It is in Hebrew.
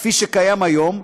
כפי שקיים היום.